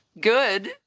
good